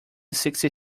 sixty